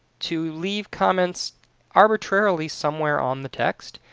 to leave comments arbitrarily somewhere on the text,